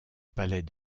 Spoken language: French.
palais